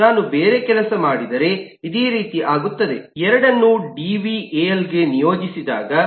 ನಾನು ಬೇರೆ ಕೆಲಸ ಮಾಡಿದರೆ ಇದೇ ರೀತಿ ಆಗುತ್ತದೆ2 ಅನ್ನು ಡಿ ವಿ ಎ ಎಲ್ಗೆ ನಿಯೋಜಿಸಿದಾಗ 2